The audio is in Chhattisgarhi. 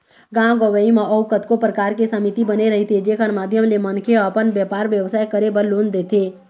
गाँव गंवई म अउ कतको परकार के समिति बने रहिथे जेखर माधियम ले मनखे ह अपन बेपार बेवसाय करे बर लोन देथे